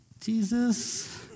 Jesus